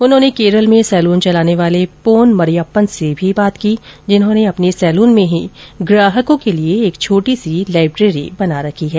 उन्होंने केरल में सैलून चलाने वाले पोन मरियप्पन से भी बात की जिन्होंने अपने सैलून में ही ग्राहकों के लिए एक छोटी सी लाइब्रेरी बना रखी है